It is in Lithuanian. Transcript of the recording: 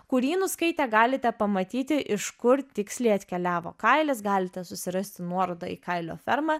kurį nuskaitę galite pamatyti iš kur tiksliai atkeliavo kailis galite susirasti nuorodą į kailio fermą